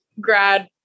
grad